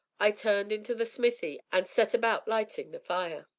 i turned into the smithy and, set about lighting the fire.